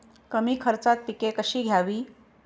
कमी खर्चात पिके कशी घ्यावी?